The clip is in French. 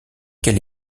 quel